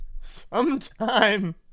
Sometime